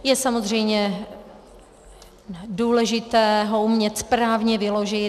Je samozřejmě důležité ho umět správně vyložit.